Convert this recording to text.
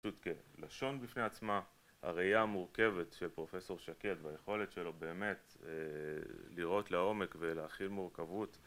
לשון בפני עצמה הראייה המורכבת של פרופסור שקד והיכולת שלו באמת לראות לעומק ולהכיל מורכבות